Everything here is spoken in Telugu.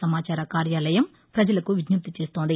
సమాచార కార్యాలయం పజలకు విజ్ఞప్తి చేస్తోంది